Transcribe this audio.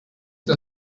der